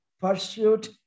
pursuit